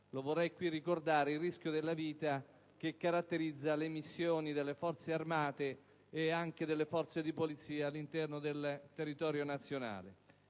lo vorrei qui ricordare - il rischio della vita che caratterizza le missioni delle Forze armate e delle Forze di polizia all'interno del territorio nazionale.